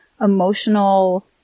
emotional